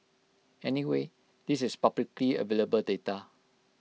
anyway this is publicly available data